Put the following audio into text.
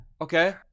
okay